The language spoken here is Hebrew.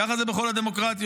ככה זה בכל הדמוקרטיות,